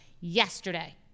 yesterday